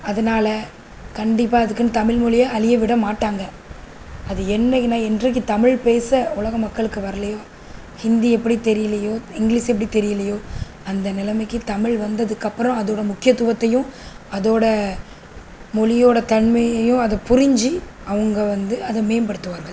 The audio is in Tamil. அதனால் கண்டிப்பாக அதுக்குன்னு தமில்மொழிய அழியவிடமாட்டாங்க அது என்னைக்குன்னால் என்றைக்கு தமிழ் பேச உலக மக்களுக்கு வரலையோ ஹிந்தி எப்படி தெரியலையோ இங்கிலீஷ் எப்படி தெரியலையோ அந்த நிலமைக்கு தமிழ் வந்ததுக்கப்புறம் அதோடய முக்கியத்துவத்தையும் அதோடய மொழியோட தன்மையையும் அதை புரிந்து அவங்க வந்து அதை மேம்படுத்துவார்கள்